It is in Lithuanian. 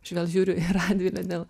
aš vėl žiūriu į radvilę dėl